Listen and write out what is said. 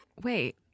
Wait